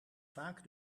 vaak